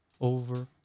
over